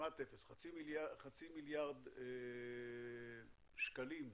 חצי מיליארד שקלים,